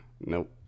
nope